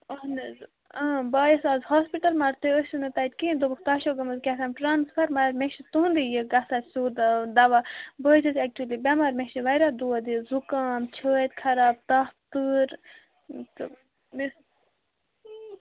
اَہن حظ اۭں بہٕ آیَس آز ہاسپِٹَل مگر تُہۍ ٲسِو نہٕ تَتہِ کِہیٖنۍ دوٚپُکھ تۄہہِ چھو گٔمٕژ کیٛاہ تام ٹرٛانَسفَر مگر مےٚ چھِ تُہُنٛدُے یہِ گژھان سیٚود دَوا بہٕ حظ چھَس اٮ۪کچُلی بٮ۪مار مےٚ چھِ واریاہ دود یہِ زُکام چھٲتۍ خراب تَپھ تۭر تہٕ